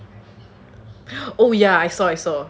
oh ya I saw I saw